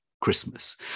Christmas